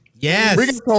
Yes